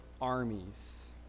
armies